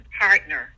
Partner